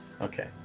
Okay